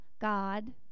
God